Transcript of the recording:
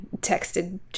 texted